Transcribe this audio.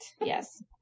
Yes